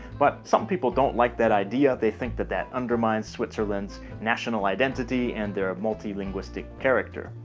but some people don't like that idea. they think that that undermines switzerland's national identity and their multi-linguistic character.